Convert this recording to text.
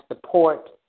support